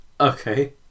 Okay